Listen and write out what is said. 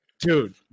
dude